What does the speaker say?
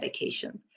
medications